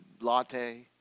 latte